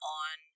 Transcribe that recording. on